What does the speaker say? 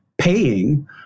paying